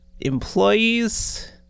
employees